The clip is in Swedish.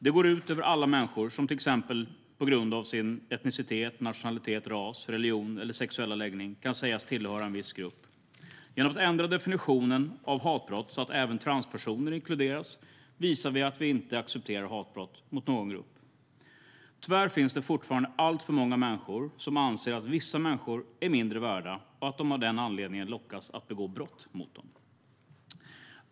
Det går ut över alla människor som till exempel på grund av sin etnicitet, nationalitet, ras, religion eller sexuella läggning kan sägas tillhöra en viss grupp. Genom att ändra definitionen av hatbrott så att även transpersoner inkluderas visar vi att vi inte accepterar hatbrott mot någon grupp. Tyvärr finns det fortfarande alltför många människor som anser att vissa människor är mindre värda och att de av den anledningen lockas att begå brott mot dem.